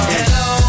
Hello